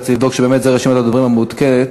אני רוצה לבדוק שזאת רשימת הדוברים המעודכנת.